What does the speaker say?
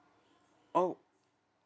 oh